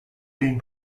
been